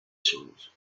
sores